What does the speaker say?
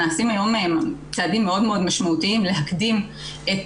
נעשים היום צעדים מאוד משמעותיים להקדים את